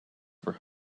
for